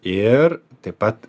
ir taip pat